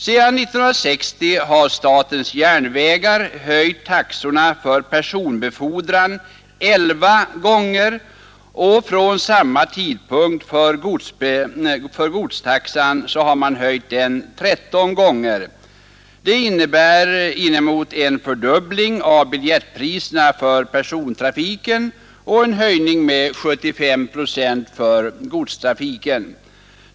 Sedan 1960 har statens järnvägar höjt taxorna för personbefordran elva gånger och från samma tidpunkt godstaxorna tretton gånger. Det innebär inemot en fördubbling av biljettpriserna för persontrafiken och en höjning med 75 procent för godstrafiken.